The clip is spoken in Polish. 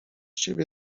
ciebie